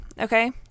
Okay